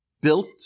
built